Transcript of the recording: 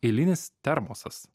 eilinis termosas